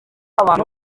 abantu